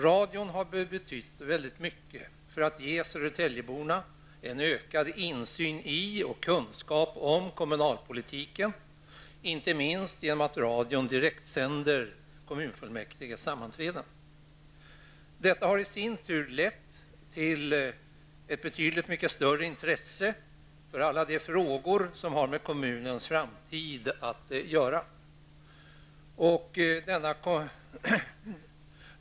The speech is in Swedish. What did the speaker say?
Radion har betytt synnerligen mycket när det gäller att ge södertäljeborna ökad insyn i och kunskap om kommunalpolitiken, inte minst genom att radion direktsänder kommunfullmäktiges sammanträden. Detta har i sin tur lett till att det har blivit ett betydligt mycket större intresse för alla frågor som har med kommunens framtid att göra.